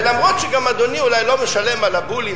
ולמרות שגם אדוני אולי לא משלם על הבולים,